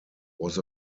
was